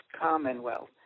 commonwealth